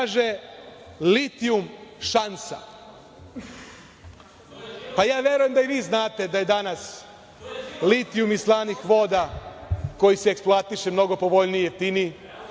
kaže, litijum, šansa. Ja verujem da i vi znate da je danas litijum iz slanih voda koji se ekploatiše mnogo povoljniji i